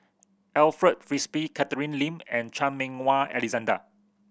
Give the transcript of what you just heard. Alfred Frisby Catherine Lim and Chan Meng Wah Alexander